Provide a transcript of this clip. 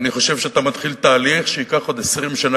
אני חושב שאתה מתחיל תהליך שייקח עוד 20 שנה,